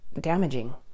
damaging